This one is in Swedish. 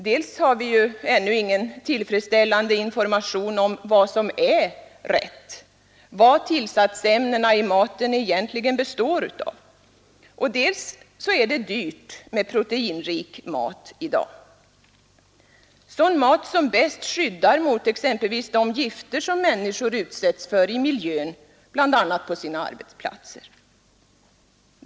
Dels har vi ännu inte någon tillfredsställande information om vad som är rätt eller vad tillsatsämnena i maten egentligen består av, dels är det dyrt med proteinrik mat i dag, sådan mat som bäst skyddar mot exempelvis de gifter som människor ursätts för i miljön, bl.a. på sina arbetsplatser.